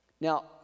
Now